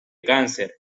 cáncer